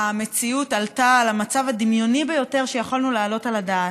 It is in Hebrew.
המציאות עלתה על המצב הדמיוני ביותר שיכולנו להעלות על הדעת,